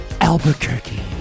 Albuquerque